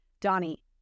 Donnie